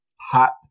hot